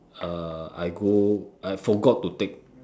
uh I go I forgot to take